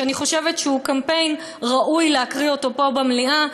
שאני חושבת שהוא קמפיין שראוי להקריא אותו פה במליאה,